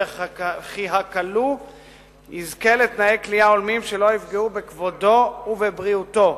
וכי הכלוא יזכה לתנאי כליאה הולמים שלא יפגעו בכבודו ובבריאותו.